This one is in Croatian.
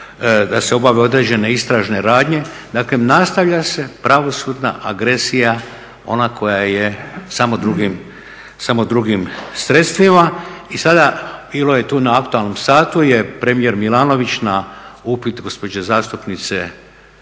da se obave određene istražne radnje. Dakle, nastavlja se pravosudna agresija ona koja je samo drugim sredstvima. I sada, bilo je tu na aktualnom satu je premijer Milanović na upit gospođe zastupnice